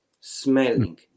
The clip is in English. smelling